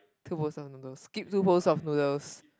two bowls of noodles skip two bowls of noodles